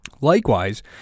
Likewise